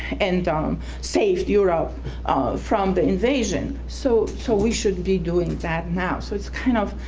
and um saved europe from the invasion, so so we should be doing that now, so it's kind of,